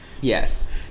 Yes